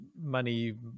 money